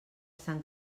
sant